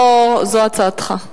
זו הצעתך.